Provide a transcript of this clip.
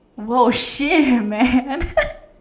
!whoa! shit man